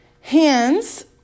hands